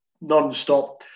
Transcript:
non-stop